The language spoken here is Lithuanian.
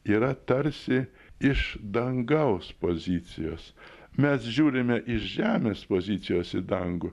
yra tarsi iš dangaus pozicijos mes žiūrime iš žemės pozicijos į dangų